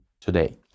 today